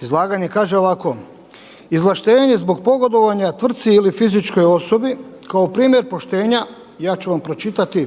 izlaganje. Kaže ovako, izvlaštenje zbog pogodovanja tvrtki ili fizičkoj osobi kao primjer poštenja, ja ću vam pročitati